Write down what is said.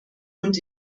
und